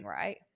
right